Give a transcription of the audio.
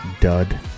Dud